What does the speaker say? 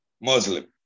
Muslim